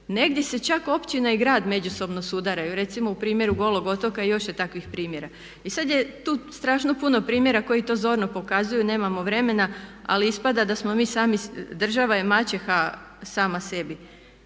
Negdje se čak općina i grad međusobno sudaraju. Recimo u primjeru Golog otoka, a još ima takvih primjera. I sad je tu strašno puno primjera koji to zorno pokazuju, nemamo vremena, ali ispada da smo mi sami, država je maćeha sama sebi.